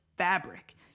fabric